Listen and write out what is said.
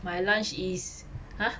my lunch is !huh!